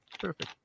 Perfect